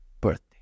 birthday